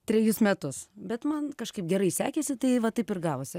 trejus metus bet man kažkaip gerai sekėsi tai va taip ir gavosi